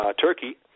Turkey